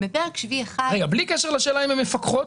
בלי קשר לשאלה אם הן מפקחות?